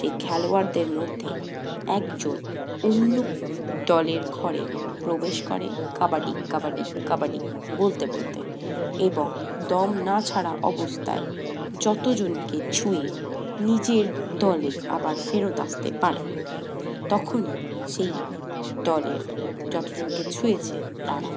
এই খেলোয়াড়দের মধ্যে একজন অন্য দলের ঘরে প্রবেশ করে কাবাডি কাবাডি কাবাডি বলতে বলতে এবং দম না ছাড়া অবস্থায় যত জনকে ছুঁয়ে নিজের দলে আবার ফেরত আসতে পারে তখনই সেই দলের যত জনকে ছুঁয়েছে তারা